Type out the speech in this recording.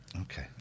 Okay